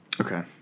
Okay